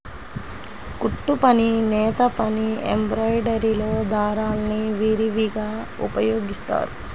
కుట్టుపని, నేతపని, ఎంబ్రాయిడరీలో దారాల్ని విరివిగా ఉపయోగిస్తారు